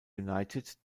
united